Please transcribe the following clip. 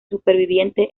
superviviente